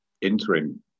interim